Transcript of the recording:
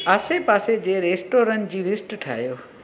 आसे पासे जे रेस्टोरंट जी लिस्ट ठाहियो